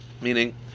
meaning